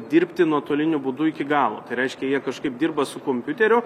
dirbti nuotoliniu būdu iki galo tai reiškia jie kažkaip dirba su kompiuteriu